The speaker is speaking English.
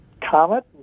comet